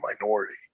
minority